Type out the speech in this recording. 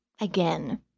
again